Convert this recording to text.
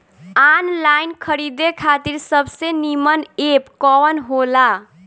Online खरीदे खातिर सबसे नीमन एप कवन हो ला?